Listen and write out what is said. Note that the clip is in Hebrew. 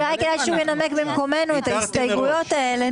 אולי כדאי שהוא ינמק את ההסתייגויות במקומנו.